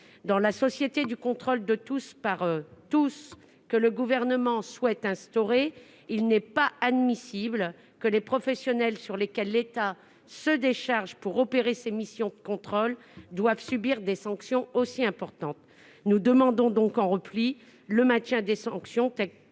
Dans la société du contrôle de tous par tous que le Gouvernement souhaite instaurer, il n'est pas admissible que les professionnels, sur lesquels l'État se décharge pour opérer ses missions de contrôle, doivent subir des sanctions aussi importantes. Nous demandons donc le maintien des sanctions